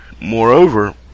Moreover